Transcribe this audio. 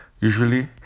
Usually